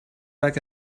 like